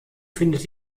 findet